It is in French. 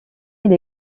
elle